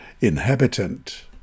inhabitant